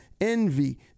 envy